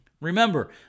Remember